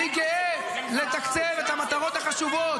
אין לך תמיכה מהציבור.